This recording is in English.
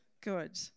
Good